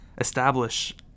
establish